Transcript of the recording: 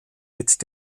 mit